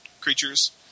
creatures